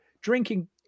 drinking